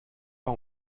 pas